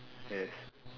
yes